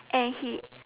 and he